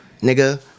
nigga